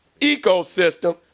ecosystem